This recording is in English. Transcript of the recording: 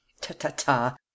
Ta-ta-ta